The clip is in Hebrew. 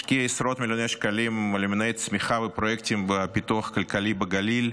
השקיעה עשרות מיליוני שקלים למנועי צמיחה ופרויקטים בפיתוח כלכלי בגליל,